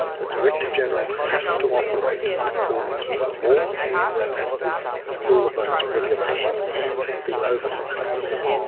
the director-general has to operate in accordance with the law and with all of those regulations, and the oversight is there.